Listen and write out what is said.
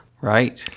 Right